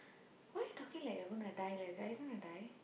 why you talking like you're going to die like that are you going to die